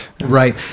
Right